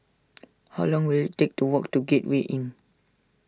how long will it take to walk to Gateway Inn